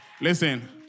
Listen